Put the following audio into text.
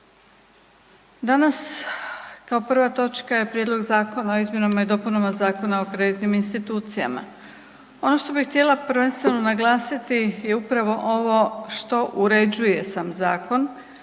Danas kao prva točka je Prijedlog zakona o izmjenama i dopunama Zakona o kreditnim institucijama. Ono što bi htjela prvenstveno naglasiti je upravo ovo što uređuje sam zakon,